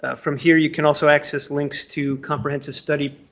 ah from here you can also access links to comprehensive study